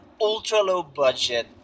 ultra-low-budget